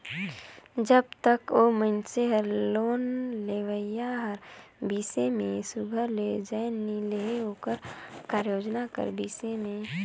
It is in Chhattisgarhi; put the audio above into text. जब तक ओ मइनसे हर लोन लेहोइया कर बिसे में सुग्घर ले जाएन नी लेहे ओकर कारयोजना कर बिसे में